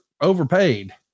overpaid